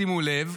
שימו לב,